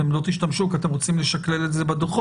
אתם לא תשתמשו כי אתם רוצים לשקלל את זה בדוחות.